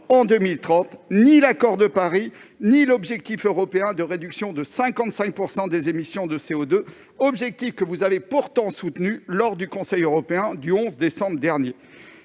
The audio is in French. en 2030 ni l'accord de Paris ni l'objectif européen de réduction de 55 % des émissions de CO2, objectif que vous avez pourtant soutenu lors du Conseil européen du 11 décembre dernier.